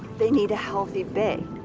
they need a healthy bay.